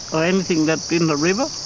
or anything that's in the river,